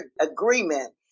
agreement